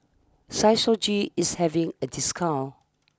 Physiogel is having a discount